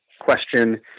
question